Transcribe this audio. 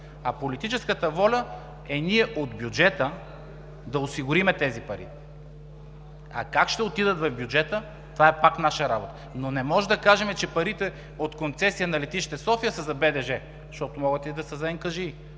а политическата воля е ние от бюджета да осигурим тези пари. А как ще отидат в бюджета, това е пак наша работа. Но не можем да кажем, че парите от концесия на Летище София са за БДЖ, защото могат и да са за НКЖИ.